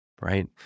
right